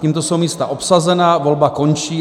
Tímto jsou místa obsazená, volba končí.